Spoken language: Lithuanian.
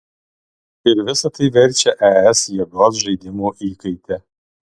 ir visa tai verčia es jėgos žaidimų įkaite